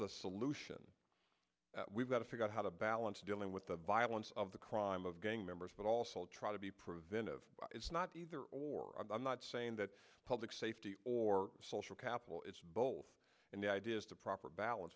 the solution we've got to figure out how to balance dealing with the violence of the crime of gang members but also try to be preventive it's not either or i'm not saying that public safety or social capital is both and the idea is the proper balance